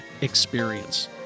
experience